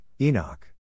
Enoch